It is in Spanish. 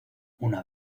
una